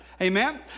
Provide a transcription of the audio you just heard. Amen